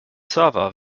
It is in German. server